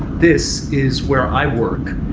this is where i work.